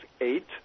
eight